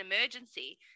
emergency